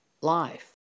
life